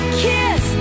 kiss